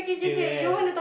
the hell